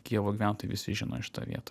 kijevo gyventojai visi žino šitą vietą